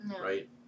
right